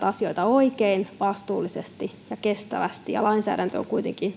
asioita oikein vastuullisesti ja kestävästi ja lainsäädännön lähtökodan on kuitenkin